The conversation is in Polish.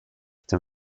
tym